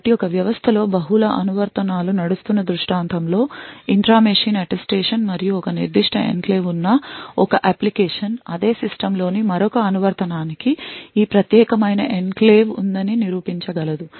కాబట్టి ఒక వ్యవస్థలో బహుళ అనువర్తనాలు నడుస్తున్న దృష్టాంతంలో ఇంట్రా మెషిన్ అటెస్టేషన్ మరియు ఒక నిర్దిష్ట ఎన్క్లేవ్ ఉన్న ఒక అప్లికేషన్ అదే సిస్టమ్లోని మరొక అనువర్తనానికి ఈ ప్రత్యేకమైన ఎన్క్లేవ్ ఉందని నిరూపించగలదు